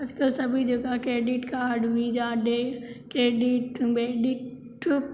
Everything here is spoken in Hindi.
आज कल सभी जगह क्रेडिट कार्ड वीजा डेविट क्रेडिट बेड़ित